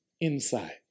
inside